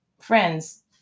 friends